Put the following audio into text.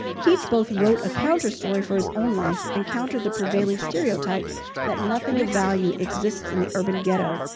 keats both wrote a counterstory for his own life and countered the prevailing stereotype that nothing of value exists in the urban ghetto,